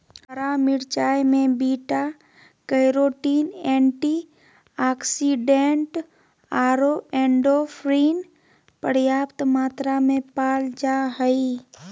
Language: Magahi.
हरा मिरचाय में बीटा कैरोटीन, एंटीऑक्सीडेंट आरो एंडोर्फिन पर्याप्त मात्रा में पाल जा हइ